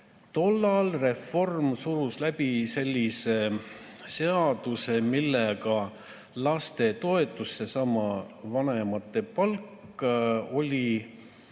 Tollal Reform surus läbi sellise seaduse, millega lastetoetus, seesama vanemate palk, oli